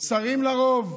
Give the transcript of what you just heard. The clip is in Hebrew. שרים לרוב.